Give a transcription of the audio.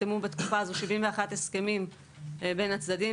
בתקופה הזאת נחתמו 71 הסכמים והתחייבויות בין הצדדים.